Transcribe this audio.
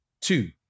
Two